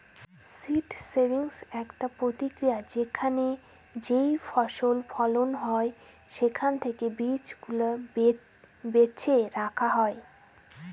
seed saving একটা প্রক্রিয়া যেখানে যেইফসল ফলন হয় সেখান থেকে বীজ গুলা বেছে রাখা হয়